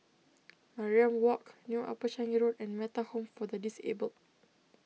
Mariam Walk New Upper Changi Road and Metta Home for the Disabled